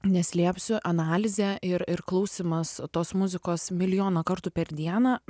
neslėpsiu analizė ir ir klausymas tos muzikos milijoną kartų per dieną